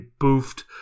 boofed